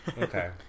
Okay